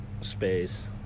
space